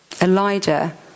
Elijah